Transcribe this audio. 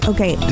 Okay